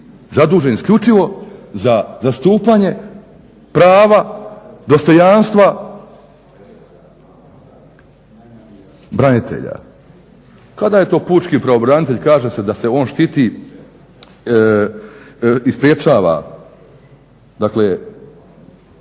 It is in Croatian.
zadužen isključivo za zastupanje prava, dostojanstva branitelja. Kada je to pučki pravobranitelj kaže se da se on štiti i sprečava dakle